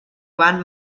van